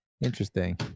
Interesting